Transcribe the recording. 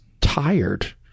tired